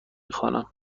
میخوانم